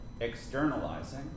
externalizing